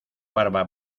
barba